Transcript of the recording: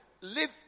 live